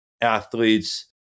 athletes